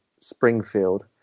Springfield